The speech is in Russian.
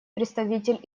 представитель